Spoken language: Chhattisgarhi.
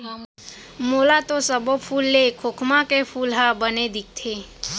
मोला तो सब्बो फूल ले खोखमा के फूल ह बने दिखथे